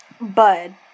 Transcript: Bud